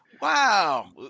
Wow